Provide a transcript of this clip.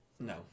No